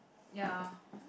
ya